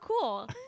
cool